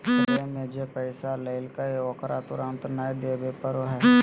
श्रेय में जे पैसा लेलकय ओकरा तुरंत नय देबे पड़ो हइ